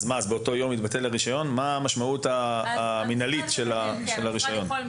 מה המשמעות המינהלית של הרישיון?